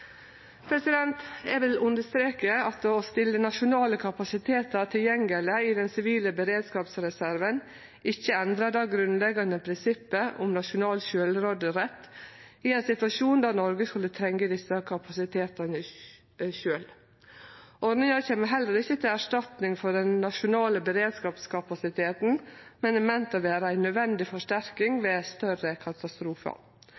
Eg vil understreke at å stille nasjonale kapasitetar tilgjengeleg i den sivile beredskapsreserven ikkje endrar det grunnleggjande prinsippet om nasjonal sjølvråderett i ein situasjon der Noreg skulle trengje desse kapasitetane sjølve. Ordninga kjem heller ikkje til erstatning for den nasjonale beredskapskapasiteten, men er meint å vere ei nødvendig forsterking